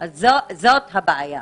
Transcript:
זאת הבעיה.